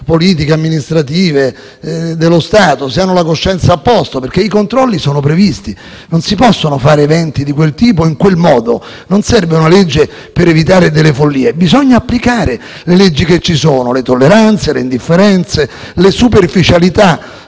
politiche e amministrative dello Stato, abbiano la coscienza a posto. I controlli sono previsti e non si possono fare eventi di quel tipo in quel modo. Non serve una legge per evitare delle follie; bisogna applicare le leggi che ci sono. Le tolleranze, le indifferenze, le superficialità